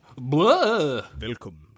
Welcome